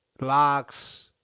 Locks